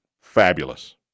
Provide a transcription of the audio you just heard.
fabulous